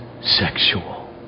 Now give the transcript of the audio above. sexual